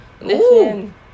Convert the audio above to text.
Listen